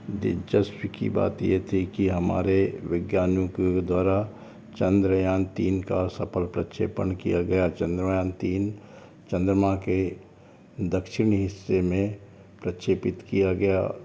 दिलचस्पी की बात ये थी कि हमारे वैज्ञानिकों द्वारा चंद्रयान तीन का सफल प्रक्षेपण किया गया चंद्रयान तीन चंद्रमा के दक्षिणी हिस्से में प्रक्षेपित किया गया